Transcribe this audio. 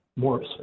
more